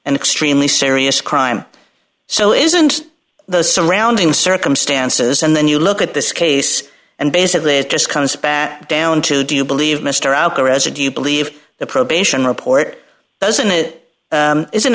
an extremely serious crime so is and the surrounding circumstances and then you look at this case and basically it just comes back down to do you believe mr alvarez or do you believe the probation report doesn't it isn't